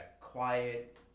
quiet